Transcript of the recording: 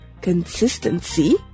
Consistency